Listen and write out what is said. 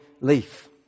leaf